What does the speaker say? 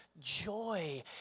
joy